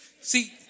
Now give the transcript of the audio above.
See